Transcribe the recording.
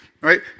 Right